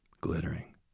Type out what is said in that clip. glittering